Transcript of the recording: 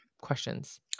questions